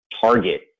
target